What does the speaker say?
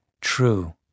True